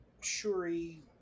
Shuri